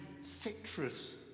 citrus